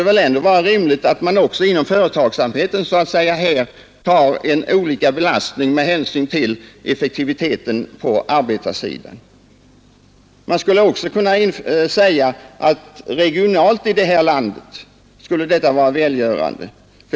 Det må väl då ändå vara rimligt att man inom företagsamheten belastas olika med hänsyn till effektiviteten på arbetarsidan. Man skulle också kunna säga att ett sådant här system regionalt vore välgörande.